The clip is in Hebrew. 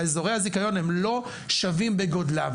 אזורי הזיכיון הם לא שווים בגודלם,